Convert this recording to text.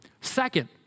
Second